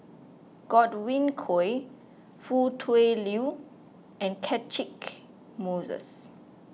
Godwin Koay Foo Tui Liew and Catchick Moses